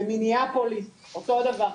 במיניאפוליס אותו דבר,